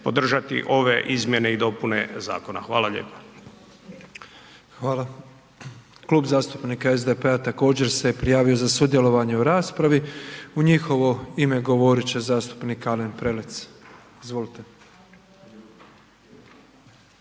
podržati ove izmjene i dopune zakona. Hvala lijepa. **Petrov, Božo (MOST)** Hvala. Klub zastupnika SDP-a također se prijavio za sudjelovanje u raspravi, u njihovo ime govorit će zastupnik Alen Prelec, izvolite.